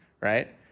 right